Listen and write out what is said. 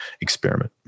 experiment